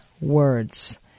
words